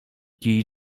kij